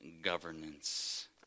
governance